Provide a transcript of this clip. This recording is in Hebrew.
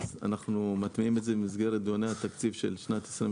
אנחנו מטמיעים את זה במסגרת דיוני התקציב של שנת 2023,